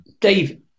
Dave